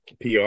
PR